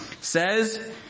Says